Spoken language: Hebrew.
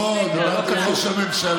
לא, רק עם ראש הממשלה.